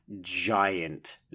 giant